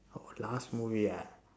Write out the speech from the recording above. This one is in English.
orh last movie ah